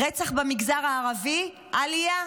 רצח במגזר הערבי, עלייה.